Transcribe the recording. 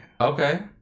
Okay